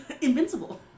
Invincible